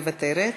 מוותרת,